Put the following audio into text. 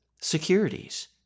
securities